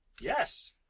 Yes